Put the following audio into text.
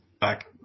back